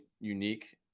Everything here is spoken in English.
unique